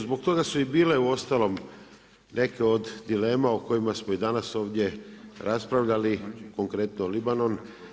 Zbog toga su i bile uostalom neke od dilema o kojima smo i danas ovdje raspravljali, konkretno Libanon.